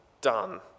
done